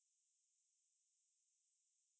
我看一半而已